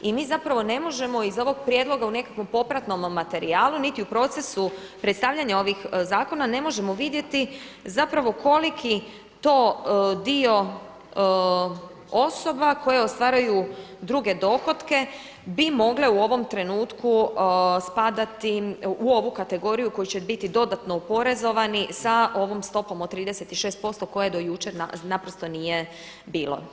I mi zapravo ne možemo iz ovog prijedloga u nekakvom popratnome materijalu niti u procesu predstavljanja ovih zakona ne možemo vidjeti zapravo koliki to dio osoba koje ostvaruju druge dohotke bi mogle u ovom trenutku spadati u ovu kategoriju koji će biti dodatno oporezovani sa ovom stopom od 36% koje do jučer naprosto nije bilo.